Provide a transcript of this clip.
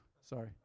Sorry